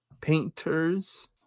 painters